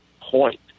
point